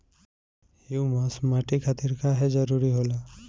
Humus माटी खातिर काहे जरूरी होला?